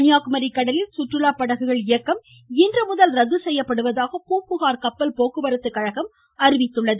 கன்னியாகுமரி கடலில் சுற்றுலா படகுகள் இயக்கம் இன்று முதல் ரத்து செய்யப்படுவதாக பூம்புகார் கப்பல் போக்குவரத்து கழகம் அறிவித்துள்ளது